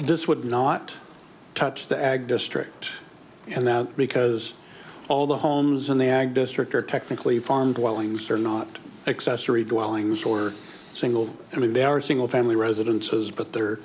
this would not touch the ag district and that because all the homes in the ag district are technically farm dwellings they're not accessory dwellings or single i mean they are single family residences but they